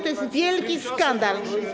To jest wielki skandal.